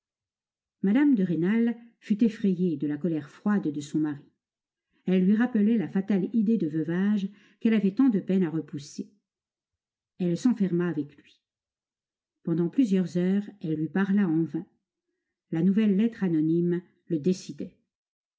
mme de rênal fut effrayée de la colère froide de son mari elle lui rappelait la fatale idée de veuvage qu'elle avait tant de peine à repousser elle s'enferma avec lui pendant plusieurs heures elle lui parla en vain la nouvelle lettre anonyme le décidait